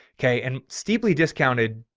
okay. and steeply discounted.